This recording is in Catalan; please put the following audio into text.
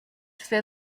fer